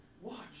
watch